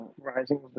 rising